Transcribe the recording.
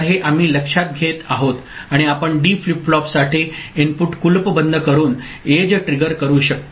तर हे आम्ही लक्षात घेत आहोत आणि आपण डी फ्लिप फ्लॉपसाठी इनपुट कुलूपबंद करुन एज ट्रिगर करू शकता